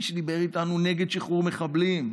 מי שדיבר איתנו נגד שחרור מחבלים,